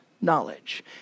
knowledge